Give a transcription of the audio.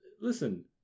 listen